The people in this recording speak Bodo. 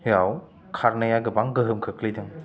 याव खारनाया गोबां गोहोम खोख्लैदों